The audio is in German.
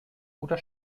oder